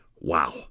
Wow